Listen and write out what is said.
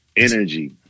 Energy